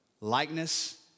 Likeness